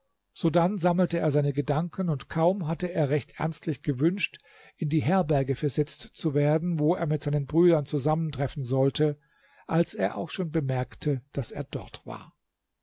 sodann sammelte er seine gedanken und kaum hatte er recht ernstlich gewünscht in die herberge versetzt zu werden wo er mit seinen brüdern zusammentreffen sollte als er auch schon bemerkte daß er dort war